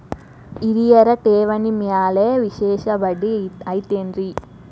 ಹಿರಿಯರ ಠೇವಣಿ ಮ್ಯಾಲೆ ವಿಶೇಷ ಬಡ್ಡಿ ಐತೇನ್ರಿ?